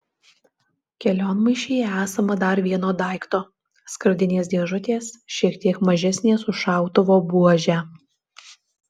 kelionmaišyje esama dar vieno daikto skardinės dėžutės šiek tiek mažesnės už šautuvo buožę